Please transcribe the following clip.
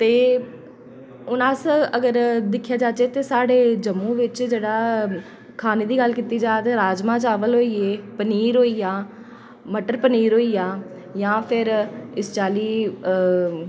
ते हून अस अगर दिक्खेआ जा ते साढ़े जम्मू बिच्च जेह्ड़ा खाने दी गल्ल कीती जा ते राजमां चावल होई गे पनीर होई गेआ मटर पनीर होई गेआ जां फिर इस चाल्ली